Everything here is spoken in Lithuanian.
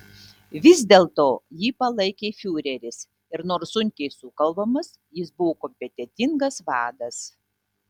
vis dėlto jį palaikė fiureris ir nors sunkiai sukalbamas jis buvo kompetentingas vadas